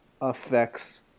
affects